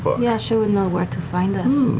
but yasha would know where to find us.